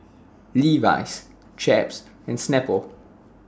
Levi's Chaps and Snapple